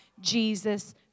Jesus